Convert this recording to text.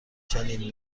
چنین